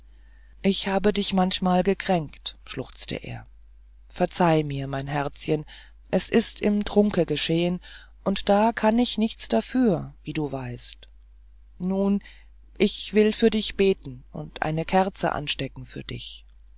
ich habe dich manchmal gekränkt schluchzte er verzeih mir mein herzchen es ist im trunke geschehen und da kann man nichts dafür wie du weißt nun ich will für dich beten und eine kerze anstecken für dich